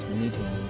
meeting